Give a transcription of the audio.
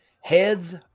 Heads